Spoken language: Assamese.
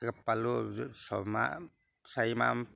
পালোঁ ছমাহ চাৰিমাহ